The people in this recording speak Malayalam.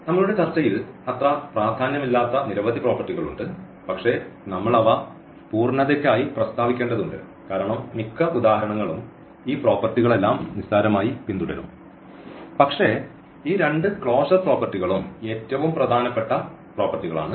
നമ്മളുടെ ചർച്ചയിൽ അത്ര പ്രാധാന്യമില്ലാത്ത നിരവധി പ്രോപ്പർട്ടികൾ ഉണ്ട് പക്ഷേ നമ്മൾ അവ പൂർണ്ണതയ്ക്കായി പ്രസ്താവിക്കേണ്ടതുണ്ട് കാരണം മിക്ക ഉദാഹരണങ്ങളും ഈ പ്രോപ്പർട്ടികളെല്ലാം നിസ്സാരമായി പിന്തുടരും പക്ഷേ ഈ രണ്ട് ക്ലോഷർ പ്രോപ്പർട്ടികളും ഏറ്റവും പ്രധാനപ്പെട്ട പ്രോപ്പർട്ടികളാണ്